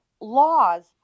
laws